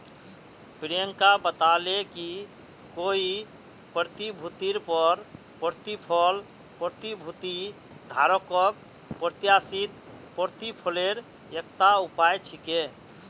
प्रियंका बताले कि कोई प्रतिभूतिर पर प्रतिफल प्रतिभूति धारकक प्रत्याशित प्रतिफलेर एकता उपाय छिके